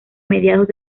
mediados